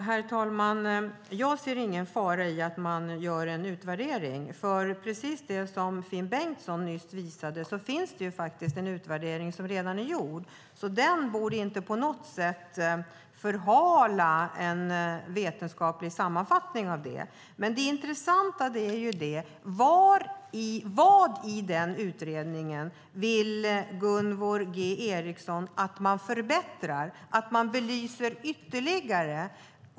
Herr talman! Jag ser ingen fara i att man gör en utvärdering. Men precis som Finn Bengtsson visade nyss finns det en utvärdering som redan är gjord. Den borde inte på något sätt förhala en vetenskaplig sammanfattning av den. Men det intressanta är: Vad i den utredningen vill Gunvor G Ericson att man förbättrar och belyser ytterligare?